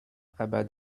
aber